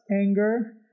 anger